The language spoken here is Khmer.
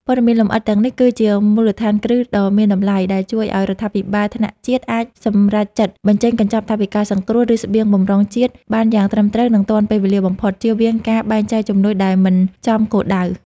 ព័ត៌មានលម្អិតទាំងនេះគឺជាមូលដ្ឋានគ្រឹះដ៏មានតម្លៃ ដែលជួយឱ្យរដ្ឋាភិបាលថ្នាក់ជាតិអាចសម្រេចចិត្តបញ្ចេញកញ្ចប់ថវិកាសង្គ្រោះ ឬស្បៀងបម្រុងជាតិបានយ៉ាងត្រឹមត្រូវ និងទាន់ពេលវេលាបំផុត ជៀសវាងការបែងចែកជំនួយដែលមិនចំគោលដៅ។